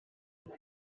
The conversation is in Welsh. pwy